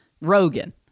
Rogan